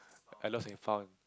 I lost and found